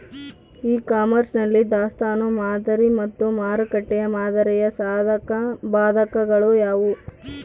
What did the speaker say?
E commerce ನಲ್ಲಿ ದಾಸ್ತನು ಮಾದರಿ ಮತ್ತು ಮಾರುಕಟ್ಟೆ ಮಾದರಿಯ ಸಾಧಕಬಾಧಕಗಳು ಯಾವುವು?